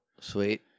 Sweet